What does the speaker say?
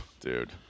Dude